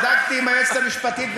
בדקתי עם היועצת המשפטית,